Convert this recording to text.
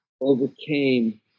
overcame